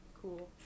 cool